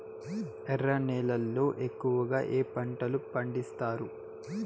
ఎర్ర నేలల్లో ఎక్కువగా ఏ పంటలు పండిస్తారు